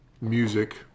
music